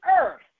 earth